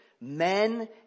men